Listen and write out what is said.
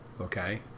Okay